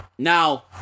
Now